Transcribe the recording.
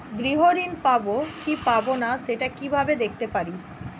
গৃহ ঋণ পাবো কি পাবো না সেটা কিভাবে দেখতে পারি?